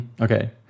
Okay